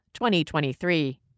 2023